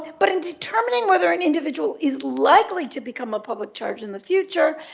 but in determining whether an individual is likely to become a public charge in the future,